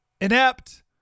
inept